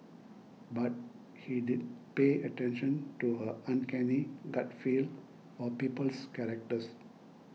but he did pay attention to her uncanny gut feel for people's characters